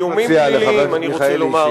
איומים פליליים, אני רוצה לומר,